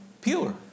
pure